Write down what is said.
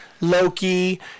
Loki